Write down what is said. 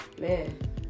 man